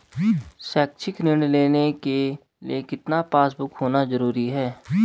शैक्षिक ऋण लेने के लिए कितना पासबुक होना जरूरी है?